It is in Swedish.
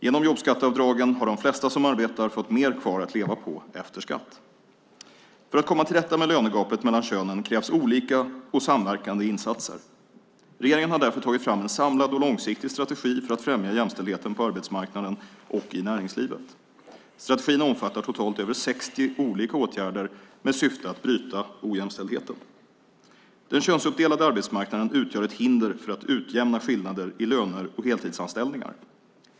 Genom jobbskatteavdragen har de flesta som arbetar fått mer kvar att leva på efter skatt. För att komma till rätta med lönegapet mellan könen krävs olika och samverkande insatser. Regeringen har därför tagit fram en samlad och långsiktig strategi för att främja jämställdheten på arbetsmarknaden och i näringslivet. Strategin omfattar totalt över 60 olika åtgärder med syfte att bryta ojämställdheten. Den könsuppdelade arbetsmarknaden utgör ett hinder för att utjämna skillnader i löner och heltidsanställningar.